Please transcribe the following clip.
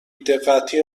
دقتی